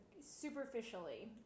superficially